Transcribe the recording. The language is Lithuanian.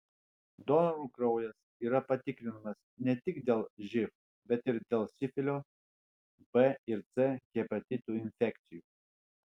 donorų kraujas yra patikrinamas ne tik dėl živ bet ir dėl sifilio b ir c hepatito infekcijų